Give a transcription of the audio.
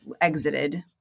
exited